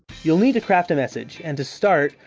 you'll need to craft a message and to start,